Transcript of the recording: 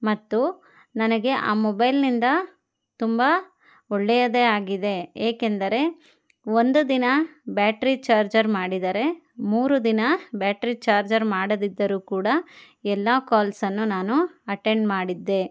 ಮತ್ತು ನನಗೆ ಆ ಮೊಬೈಲ್ನಿಂದ ತುಂಬ ಒಳ್ಳೆಯದೇ ಆಗಿದೆ ಏಕೆಂದರೆ ಒಂದು ದಿನ ಬ್ಯಾಟ್ರಿ ಚಾರ್ಜರ್ ಮಾಡಿದರೆ ಮೂರು ದಿನ ಬ್ಯಾಟ್ರಿ ಚಾರ್ಜರ್ ಮಾಡದಿದ್ದರೂ ಕೂಡ ಎಲ್ಲ ಕಾಲ್ಸನ್ನು ನಾನು ಅಟೆಂಡ್ ಮಾಡಿದ್ದೆ